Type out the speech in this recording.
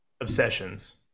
obsessions